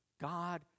God